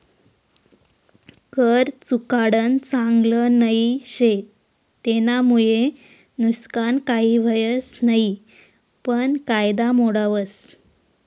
कर चुकाडानं चांगल नई शे, तेनामुये नुकसान काही व्हस नयी पन कायदा मोडावस